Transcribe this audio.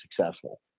successful